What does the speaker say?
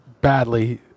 badly